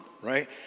right